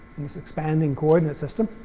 in this expanding coordinate system.